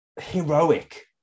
heroic